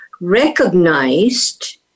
recognized